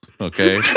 Okay